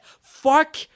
Fuck